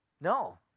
no